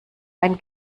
ein